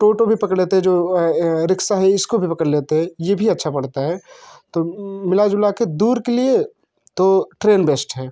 टोटो भी पकड़ लेते हैं जो ये रिक्सा है इसको भी पकड़ लेते हैं ये भी अच्छा पड़ता है तो मिला जुला के दूर के लिए तो ट्रेन बेस्ट है